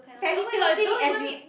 fairytale thing as you